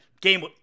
Game